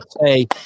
say